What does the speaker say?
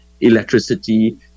electricity